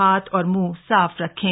हाथ और मुंह साफ रखें